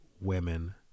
women